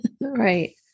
Right